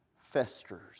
festers